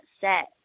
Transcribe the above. set